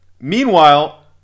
Meanwhile